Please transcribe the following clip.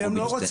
כי הם לא רוצים.